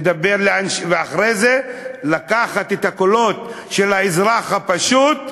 ואחרי זה לקחת את הקולות של האזרח הפשוט,